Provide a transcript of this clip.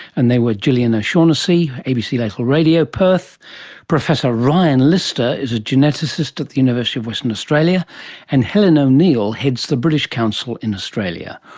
and they were gillian o'shaughnessy, abc local radio, perth professor ryan lister is a geneticist at the university of western australia and helen o'neil heads the british council in australia.